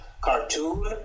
cartoon